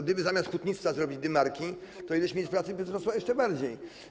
Gdyby zamiast hutnictwa zrobić dymarki, to ilość miejsc pracy by wzrosła jeszcze bardziej.